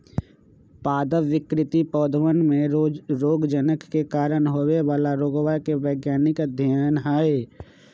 पादप विकृति पौधवन में रोगजनक के कारण होवे वाला रोगवा के वैज्ञानिक अध्ययन हई